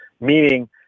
meaning